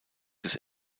des